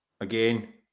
again